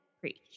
preach